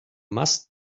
must